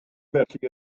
felly